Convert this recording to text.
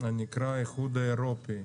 שנקרא האיחוד האירופי,